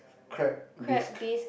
crab biscuit